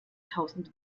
tausend